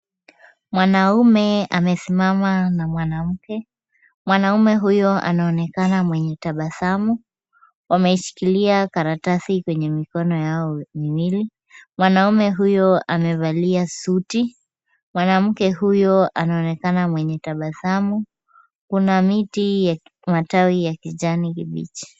Mwanamume amesimama na mwanamke , mwanamume huyo anaonekana mwenye tabasamu ,wameishikilia karatasi kwenye mikono yao miwili . Mwanamume huyo amevalia suti , mwanamke huyo anaonekana mwenye tabasamu ,kuna miti ya matawi ya kijani kibichi.